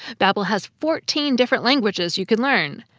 babble has fourteen different languages you can learn.